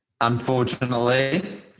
Unfortunately